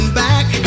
back